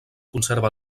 conserva